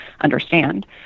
understand